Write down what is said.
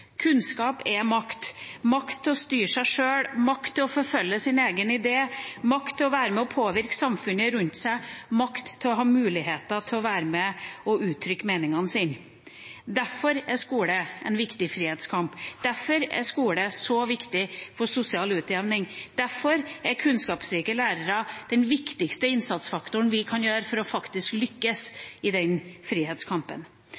Kunnskap er makt – makt til å styre seg sjøl, makt til å forfølge sin egen idé, makt til å være med og påvirke samfunnet rundt seg, makt til å ha mulighet til å være med og uttrykke meningene sine. Derfor er skole en viktig frihetskamp, derfor er skole så viktig for sosial utjevning, derfor er kunnskapsrike lærere den viktigste innsatsfaktoren vi kan ha for faktisk å